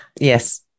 Yes